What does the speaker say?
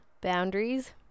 boundaries